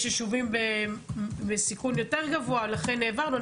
יש יישובים בסיכון יותר גבוה לכן העברנו.